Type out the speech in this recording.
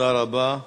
תודה רבה.